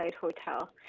Hotel